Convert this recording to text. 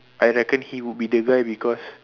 I reckon he will be the guy because